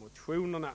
motionerna.